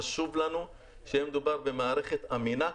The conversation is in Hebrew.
חשוב לנו שיהיה מדובר במערכת אמינה.